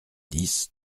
dix